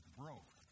broke